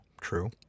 True